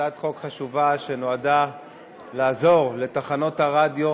זו הצעת חוק חשובה, שנועדה לעזור לתחנות הרדיו